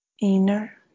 inner